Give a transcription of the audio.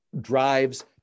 drives